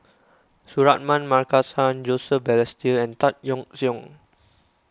Suratman Markasan Joseph Balestier and Tan Yeok Seong